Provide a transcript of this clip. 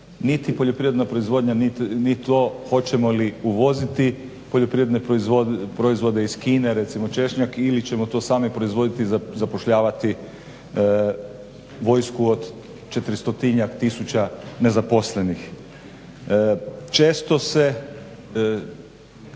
niti poljoprivredna proizvodnja ni to hoćemo li uvoziti poljoprivredne proizvode iz Kine recimo češnjak ili ćemo to sami proizvoditi, zapošljavati vojsku od 400-tinjak tisuća nezaposlenih. Često se